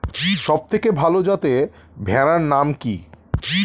সবথেকে ভালো যাতে ভেড়ার নাম কি?